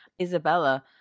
isabella